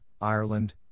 Ireland